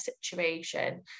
situation